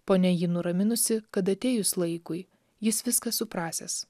ponia jį nuraminusi kad atėjus laikui jis viską suprasiąs